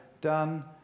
done